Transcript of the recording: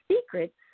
secrets